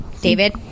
David